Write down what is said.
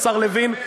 השר לוין,